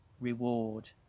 reward